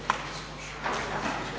Hvala